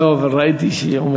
לא, אבל ראיתי שהיא עומדת שם.